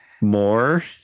more